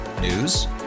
News